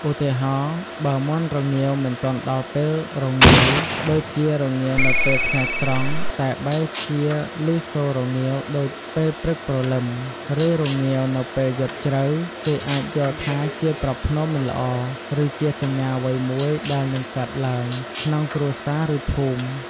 ឧទាហរណ៍ បើមាន់រងាវមិនទាន់ដល់ពេលរងាវ ដូចជារងាវនៅពេលថ្ងៃត្រង់តែបែរជាលឺសូររងាវដូចពេលព្រឹកព្រលឹម ឬរងាវនៅពេលយប់ជ្រៅ គេអាចយល់ថាជាប្រផ្នូលមិនល្អ ឬជាសញ្ញាអ្វីមួយដែលនឹងកើតឡើងក្នុងគ្រួសារ ឬភូមិ។